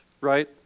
right